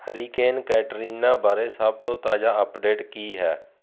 hurricane Katrina ਬਾਰੇ ਸਭ ਤੋਂ ਤਾਜ਼ਾ ਅਪਡੇਟ ਕੀ ਹੈ